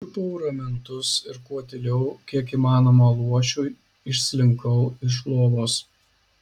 čiupau ramentus ir kuo tyliau kiek įmanoma luošiui išslinkau iš lovos